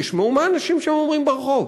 תשמעו מה אנשים שם אומרים ברחוב.